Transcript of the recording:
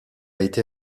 été